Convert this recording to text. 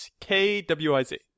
k-w-i-z